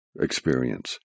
experience